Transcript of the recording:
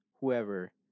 whoever